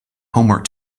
homework